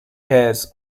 hairs